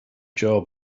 job